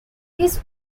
his